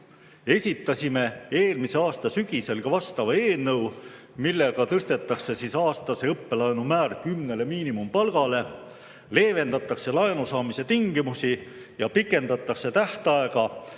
Esitasime eelmise aasta sügisel ka eelnõu, millega tõstetakse aastase õppelaenu määr kümnele miinimumpalgale, leevendatakse laenu saamise tingimusi ja pikendatakse tähtaega,